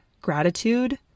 gratitude